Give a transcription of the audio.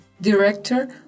Director